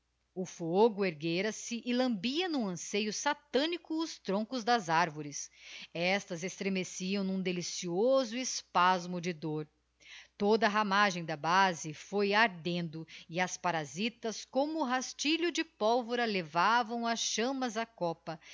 o fogo erguêra se e lambia n'um anceio satânico os troncos das arvores estas estremeciam n'um delicioso espasmo de dôr toda a ramagem da base íoi ardendo e as parasitas como rastilho de pólvora levavam as chammas á copa